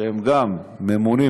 שהם ממונים,